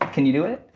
can you do it? oh,